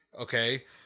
Okay